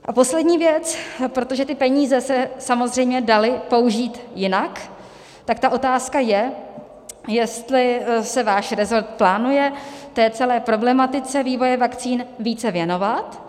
A poslední věc, protože ty peníze se samozřejmě daly použít jinak, tak ta otázka je, jestli se váš resort plánuje té celé problematice vývoje vakcín více věnovat.